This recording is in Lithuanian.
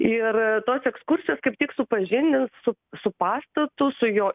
ir tos ekskursijos kaip tik supažindins su su pastatu su jo